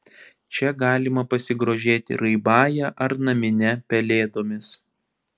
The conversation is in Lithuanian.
čia galima pasigrožėti raibąja ar namine pelėdomis